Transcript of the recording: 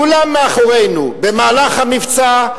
כולם מאחורינו, במהלך המבצע,